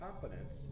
confidence